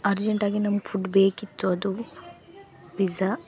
urgent ಆಗಿ ನಮ್ಗೆ food ಬೇಕಿತ್ತು ಅದು ಪಿಝಾ